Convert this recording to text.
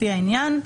לפי העניין,